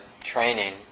training